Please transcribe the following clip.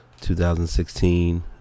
2016